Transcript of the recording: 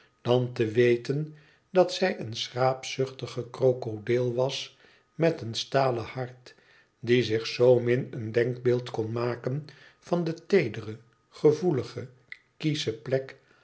dan te weten dat zij een schraapzuchtige krokodil was met een stalen hart die zich zoomin een denkbeeld kon maken van de teedere gevoelige kiesche plek